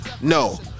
no